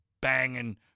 banging